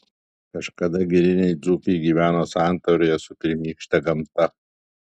kažkada giriniai dzūkai gyveno santarvėje su pirmykšte gamta